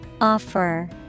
Offer